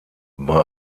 bei